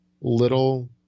little